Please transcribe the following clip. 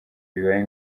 bibaye